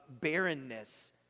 barrenness